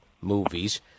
movies